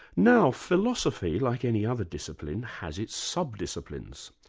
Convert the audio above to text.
now philosophy, like any other discipline, has its sub-disciplines.